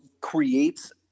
creates